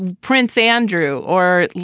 prince andrew or,